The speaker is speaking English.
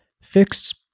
fixed